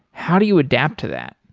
how do you adapt to that?